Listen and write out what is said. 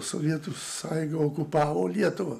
sovietų sąjunga okupavo lietuvą